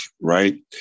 right